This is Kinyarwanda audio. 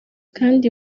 kandi